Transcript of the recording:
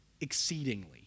exceedingly